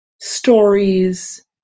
stories